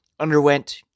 underwent